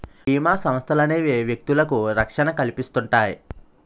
బీమా సంస్థలనేవి వ్యక్తులకు రక్షణ కల్పిస్తుంటాయి